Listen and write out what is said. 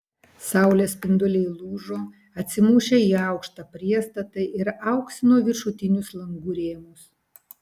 saulės spinduliai lūžo atsimušę į aukštą priestatą ir auksino viršutinius langų rėmus